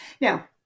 now